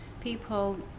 people